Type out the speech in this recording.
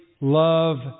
love